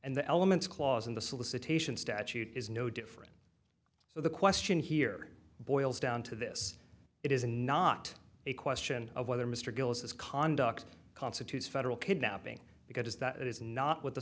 and the elements clause in the solicitation statute is no different so the question here boils down to this it is not a question of whether mr gillis his conduct constitutes federal kidnapping because that is not what the